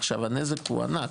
עכשיו הנזק הוא ענק,